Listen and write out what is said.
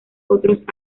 otros